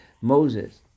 Moses